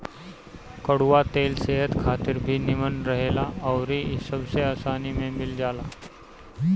कड़ुआ तेल सेहत खातिर भी निमन रहेला अउरी इ सबसे आसानी में मिल जाला